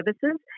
services